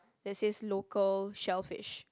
that says local shellfish